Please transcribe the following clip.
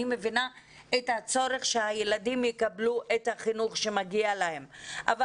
אני מבינה את הצורך שהילדים יקבלו את החינוך שמגיע להם אבל